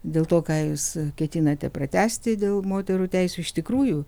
dėl to ką jūs ketinate pratęsti dėl moterų teisių iš tikrųjų